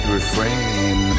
Refrain